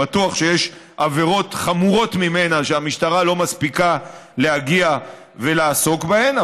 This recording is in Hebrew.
בטוח שיש עבירות חמורות ממנה שהמשטרה לא מספיקה להגיע ולעסוק בהן,